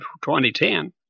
2010